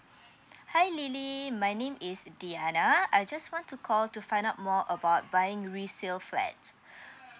hi lily my name is diana I just want to call to find out more about buying resale flat